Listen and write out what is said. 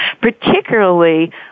particularly